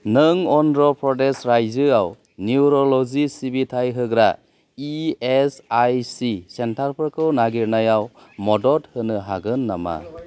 नों अन्ध्र प्रदेश रायजोआव निउरलजि सिबिथाइ होग्रा इएसआईसि सेन्टारफोरखौ नागिरनायाव मदद होनो हागोन नामा